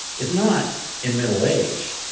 it's not in middle age,